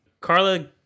Carla